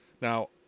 Now